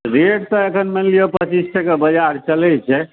rate तऽ एखन मानि लिअ पचीस टके बाजार चलै छै